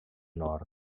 nord